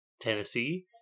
Tennessee